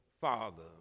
father